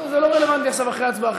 זה לא רלוונטי עכשיו אחרי ההצבעה.